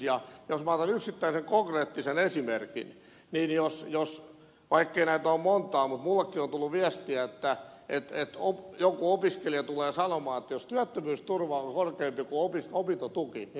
jos minä otan yksittäisen konkreettisen esimerkin vaikkei näitä ole monta mutta minullekin on tullut viestejä että joku opiskelija tulee sanomaan että jos työttömyysturva on korkeampi kuin opintotuki niin tämä ei kannusta opiskelemaan